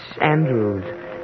Andrews